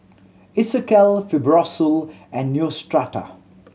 Isocal Fibrosol and Neostrata